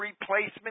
replacement